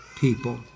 people